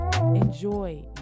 Enjoy